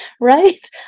Right